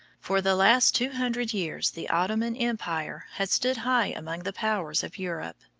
for the last two hundred years the ottoman empire had stood high among the powers of europe.